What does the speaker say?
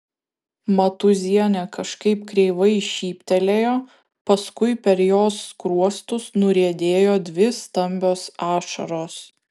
matūzienė kažkaip kreivai šyptelėjo paskui per jos skruostus nuriedėjo dvi stambios ašaros